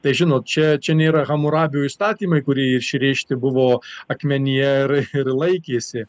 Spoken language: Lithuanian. tai žinot čia čia nėra hamurabio įstatymai kurie išrėžti buvo akmenyje ir ir laikėsi